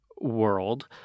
world